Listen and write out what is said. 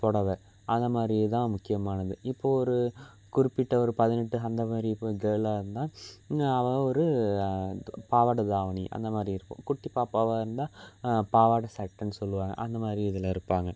புடவ அந்த மாதிரியே தான் முக்கியமானது இப்போது ஒரு குறிப்பிட்ட ஒரு பதினெட்டு அந்த மாதிரி இப்போ கேர்ளாக இருந்தால் அவள் ஒரு பாவாடை தாவணி அந்த மாதிரி இருக்கும் குட்டிப் பாப்பாவாக இருந்தால் பாவாடை சட்டைன்னு சொல்லுவாங்க அந்த மாதிரி இதில் இருப்பாங்க